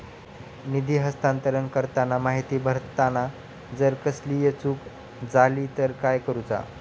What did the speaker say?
निधी हस्तांतरण करताना माहिती भरताना जर कसलीय चूक जाली तर काय करूचा?